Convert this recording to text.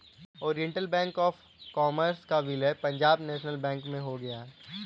Oriental Bank of Commerce का विलय Punjab National Bank में हो गया है